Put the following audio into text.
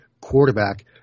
quarterback